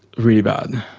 really bad,